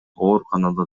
ооруканада